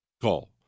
Call